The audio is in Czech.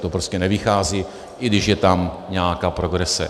To prostě nevychází, i když je tam nějaká progrese.